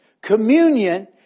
Communion